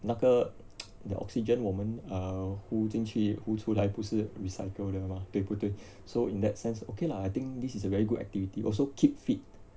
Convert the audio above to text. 那个 the oxygen 我们 err 呼进去呼出来不是 recycle 的嘛对不对 so in that sense okay lah I think this is a very good activity also keep fit